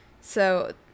so-